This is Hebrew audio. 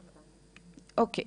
אוקיי,